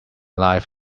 life